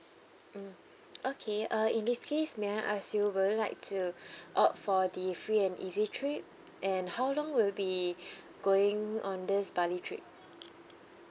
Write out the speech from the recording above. mm okay uh in this case may I ask you will you like to opt for the free and easy trip and how long will you be going on this bali trip